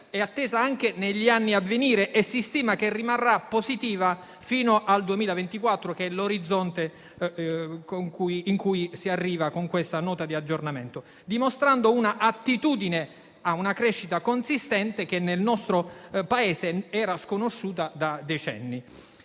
è attesa anche negli anni a venire e si stima che rimarrà positiva fino al 2024, che è l'orizzonte al quale si arriva con questa Nota di aggiornamento, dimostrando un'attitudine a una crescita consistente che nel nostro Paese era sconosciuta da decenni,